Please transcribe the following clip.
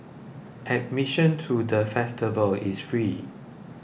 admission to the festival is free